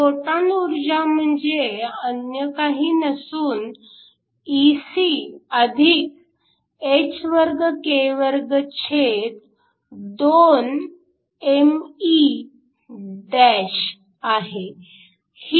photon ऊर्जा म्हणजे अन्य काही नसून Ec2k22me आहे